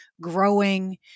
growing